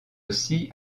aussi